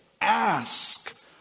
Ask